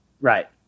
Right